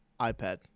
iPad